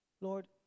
Lord